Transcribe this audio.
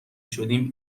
شدیم